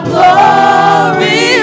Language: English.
Glory